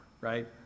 right